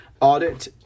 Audit